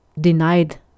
denied